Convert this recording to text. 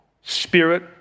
spirit